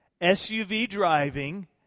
SUV-driving